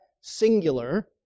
Singular